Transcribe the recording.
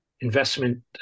investment